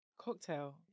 cocktail